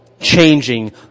changing